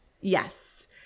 yes